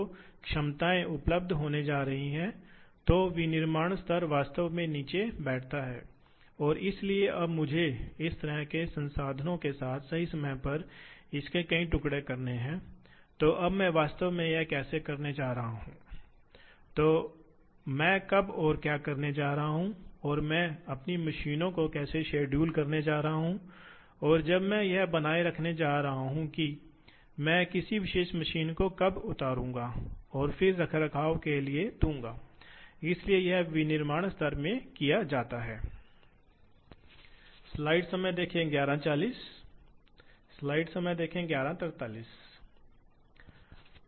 आप shaft encoder की तरह डिजिटल फीडबैक जानते हैं या आपके पास रिज़ॉल्वर हो सकते हैं कभी कभी आपके पास स्थिति सेंसर हो सकते हैं जैसे LVDTs या पोटेंशियोमीटर वगैरह इसलिए आपको मूल रूप से घूर्णी रूप से सटीक गति बनाने की आवश्यकता होती है इसलिए आपको मोटर्स द्वारा बनाए जाने के लिए सटीक ड्राइव की आवश्यकता होती है और आपको आवश्यकता होती है गति और स्थिति प्रतिक्रिया इसलिए वे सेंसर द्वारा प्रदान की जाती हैं और इसी तरह आपके पास यांत्रिक व्यवस्थाएं हैं जो गेंद स्क्रू वगैरह जैसी सटीक गति पैदा करती हैं